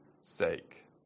sake